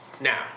now